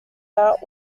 out